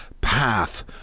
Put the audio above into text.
path